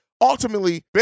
Ultimately